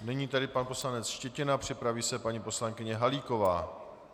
Nyní pan poslanec Štětina, připraví se paní poslankyně Halíková.